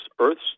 Earth's